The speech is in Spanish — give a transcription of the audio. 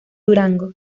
durango